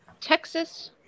Texas